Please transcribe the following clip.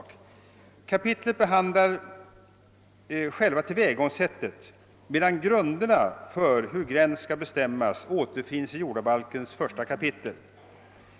Kapitlet behandlar själva tillvägagångssättet, medan grunderna för hur gräns skall bestämmas återfinns i jordabalkens 1 kap.